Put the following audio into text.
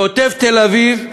כותב תל-אביב,